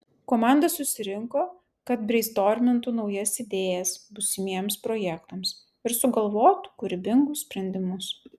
komanda susirinko kad breistormintų naujas idėjas būsimiems projektams ir sugalvotų kūrybingus sprendimus